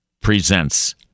presents